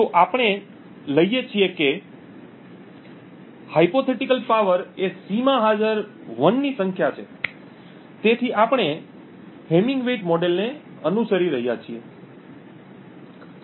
તો આપણે લઈએ છીએ કે કાલ્પનિક શક્તિ એ C માં હાજર 1s ની સંખ્યા છે તેથી આપણે હેમિંગ વેઇટ મોડેલને અનુસરી રહ્યા છીએ